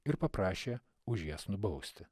ir paprašė už jas nubausti